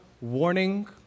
warning